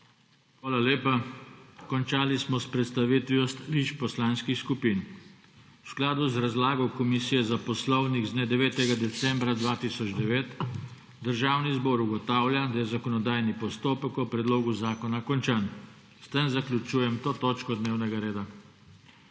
Hvala lepa. Končali smo s predstavitvijo stališč poslanskih skupin. V skladu z razlago Komisije za poslovnik z dne 9. decembra 2009 Državni zbor ugotavlja, da je zakonodajni postopek o predlogu zakona končan. S tem zaključujem to točko dnevnega reda.